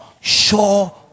sure